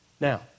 Now